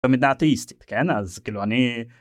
במדינת האיסט כן, אז כאילו אני.